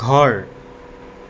ঘৰ